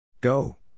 Go